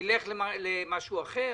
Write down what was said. ילך למשהו אחר.